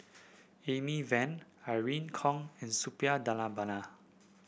Amy Van Irene Khong and Suppiah Dhanabalan